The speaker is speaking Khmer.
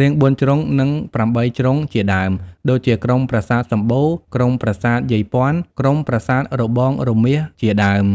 រាងបួនជ្រុងនិងប្រាំបីជ្រុងជាដើម ដូចជាក្រុមប្រាសាទសំបូរ ក្រុមប្រាសាទយាយព័ន្ធ ក្រុមប្រាសាទរបងរមាសជាដើម